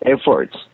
efforts